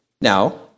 Now